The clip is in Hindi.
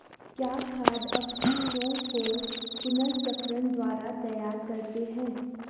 क्या खाद अपशिष्टों को पुनर्चक्रण द्वारा तैयार करते हैं?